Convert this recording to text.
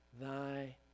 Thy